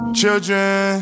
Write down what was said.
children